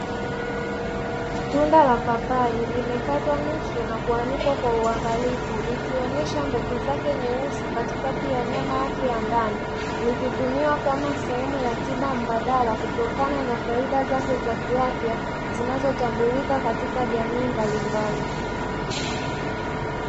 Tunda la papai limekatwa nusu na kuanikwa kwa uwangalifu, likionyesha mbegu zake nyeusi katikati ya nyama yake ya ndani, likitumiwa kama sehemu ya tiba mbadala. kutokana na faida zake za kiafya zinazo tambulika katika jamii mbalimbali.